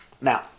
now